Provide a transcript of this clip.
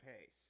pace